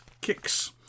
Kicks